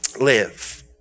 live